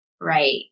Right